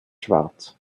schwarz